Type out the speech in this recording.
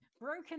broken